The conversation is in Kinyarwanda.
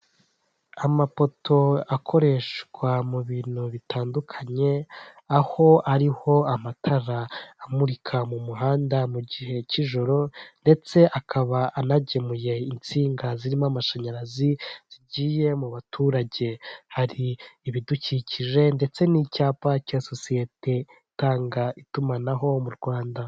Imodoka yo mu bwoko bwa dayihatsu yifashishwa mu gutwara imizigo ifite ibara ry'ubururu ndetse n'igisanduku cy'ibyuma iparitse iruhande rw'umuhanda, aho itegereje gushyirwamo imizigo. Izi modoka zikaba zifashishwa mu kworoshya serivisi z'ubwikorezi hirya no hino mu gihugu. Aho zifashishwa mu kugeza ibintu mu bice bitandukanye by'igihugu.